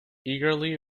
eagerly